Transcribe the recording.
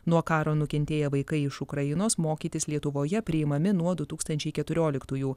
nuo karo nukentėję vaikai iš ukrainos mokytis lietuvoje priimami nuo du tūkstančiai keturioliktųjų